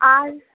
আর